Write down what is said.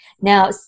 Now